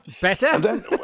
Better